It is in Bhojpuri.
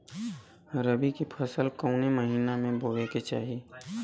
रबी की फसल कौने महिना में बोवे के चाही?